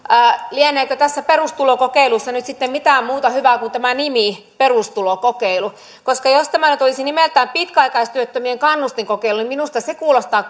lieneekö tässä perustulokokeilussa nyt sitten mitään muuta hyvää kuin tämä nimi perustulokokeilu koska jos tämä nyt olisi nimeltään pitkäaikaistyöttömien kannustinkokeilu niin minusta se kuulostaa